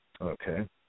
okay